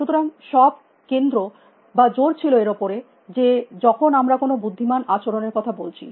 সুতরাং সব কেন্দ্র বা জোর ছিল এর উপর যে যখন আমরা কোনো বুদ্ধিমান আচরণের কথা বলছি